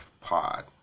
Pod